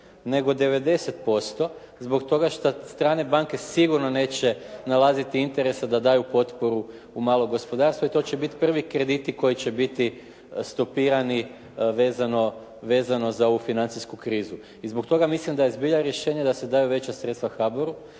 nego 90% zbog toga što strane banke sigurno neće nalaziti interesa da daju potporu u malo gospodarstvo i to će biti prvi krediti koji će biti stopirani vezano za ovu financijsku krizu. I zbog toga mislim da je zbilja rješenje da se daju veća sredstva HABOR-u